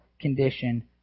condition